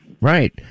Right